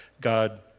God